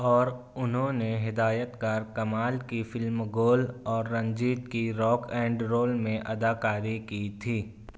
اور انہوں نے ہدایت کار کمال کی فلم گول اور رنجیت کی راک اینڈ رول میں اداکاری کی تھی